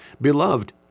Beloved